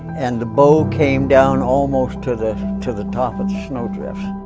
and the bow came down almost to the to the top of the snowdrifts.